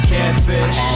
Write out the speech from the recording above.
Catfish